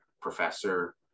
professor